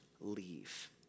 leave